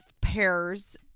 pairs